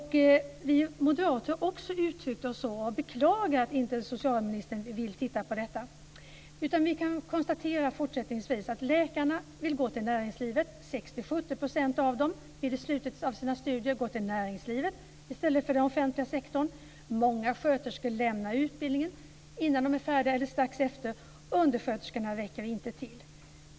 Vi moderater har beklagat att socialministern inte vill titta på detta. Vi konstaterar att i slutet av sina studier vill 60 70 % av läkarna gå till näringslivet i stället för till den offentliga sektorn. Många sköterskor lämnar utbildningen innan de är färdiga eller strax efter, och undersköterskorna räcker inte till.